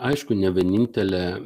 aišku ne vienintelė